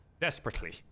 desperately